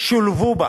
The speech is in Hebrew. ששולבו בה